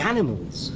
Animals